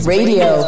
Radio